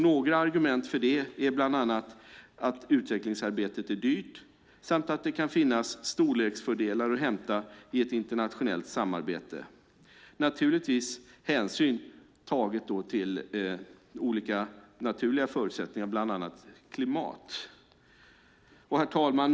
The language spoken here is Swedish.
Några argument för det är bland annat att utvecklingsarbetet är dyrt samt att det kan finnas storleksfördelar att hämta i ett internationellt samarbete, naturligtvis med hänsyn tagen till olika naturliga förutsättningar, bland annat klimat. Herr talman!